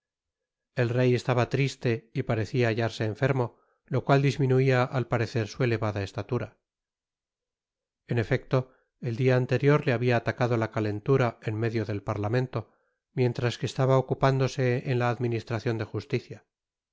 el rey estaba triste y parecia hallarse enfermo lo cual disminuia al parecer su elevada estatura en efecto el dia anterior le habia atacado la calentura en medio del parlamento mientras que estaba ocupándose en la administracion de justicia